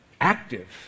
active